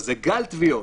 אז זה גל תביעות.